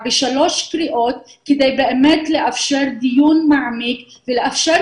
כפי שעולה מפסקי דין שניתנו